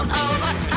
over